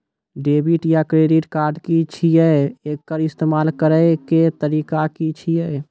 Debit या credit card की छियै? एकर इस्तेमाल करैक तरीका की छियै?